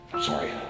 Sorry